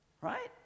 right